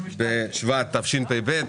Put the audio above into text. בשבט התשפ"ב.